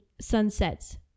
sunsets